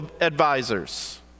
advisors